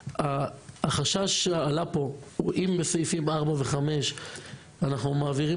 החשש שעלה כאן הוא האם בסעיפים 4 ו-5 אנחנו מעבירים